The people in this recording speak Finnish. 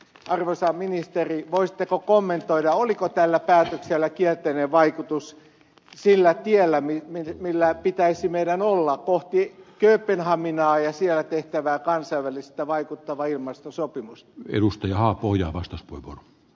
arvoisa ministeri voisitteko kommentoida oliko tällä päätöksellä kielteinen vaikutus sillä jäällä mitä meillä pitäisi meidän olla kohti kööpenhaminaa ja siellä tehtävää kansainvälistä vaikuttavaa ilmastosopimusta edustaja abuja vastus puvun